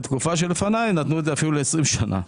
בתקופה שלפניי נתנו את זה אפילו לעשרים שנה.